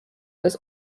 was